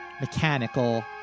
mechanical